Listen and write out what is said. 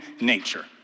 nature